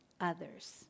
Others